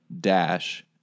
dash